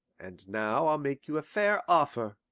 and now i'll make you a fair offer.